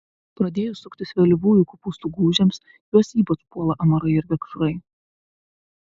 pradėjus suktis vėlyvųjų kopūstų gūžėms juos ypač puola amarai ir vikšrai